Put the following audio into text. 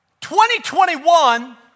2021